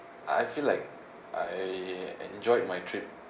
I feel like I enjoyed my trip